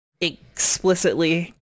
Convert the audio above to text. explicitly